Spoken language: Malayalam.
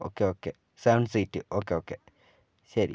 okay okay seven seat okay okay ശരി